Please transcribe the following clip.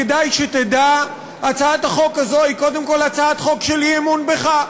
כדאי שתדע שהצעת החוק הזו היא קודם כול הצעת חוק של אי-אמון בך.